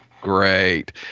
Great